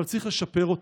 אבל צריך לשפר אותו.